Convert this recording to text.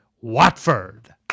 watford